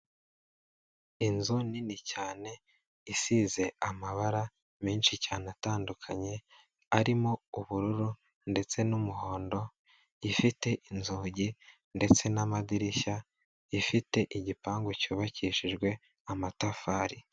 Inzu nini cyane isize amabara menshi cyane atandukanye, arimo ubururu ndetse n'umuhondo, ifite inzugi ndetse n'amadirishya, ifite igipangu cyubakishijwe amatafari.